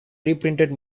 reprinted